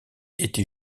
était